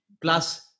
plus